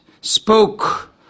spoke